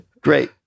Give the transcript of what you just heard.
Great